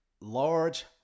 large